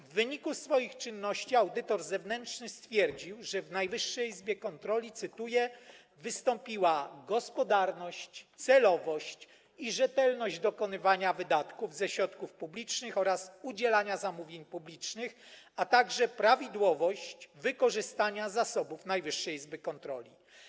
W wyniku swoich czynności audytor zewnętrzny stwierdził, że w Najwyższej Izbie Kontroli „wystąpiła gospodarność, celowość i rzetelność dokonywania wydatków ze środków publicznych oraz udzielania zamówień publicznych, a także prawidłowość wykorzystania zasobów” Najwyższej Izby Kontroli.